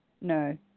no